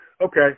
Okay